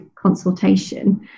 consultation